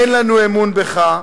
אין לנו אמון בך,